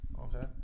Okay